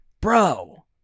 Bro